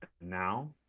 Now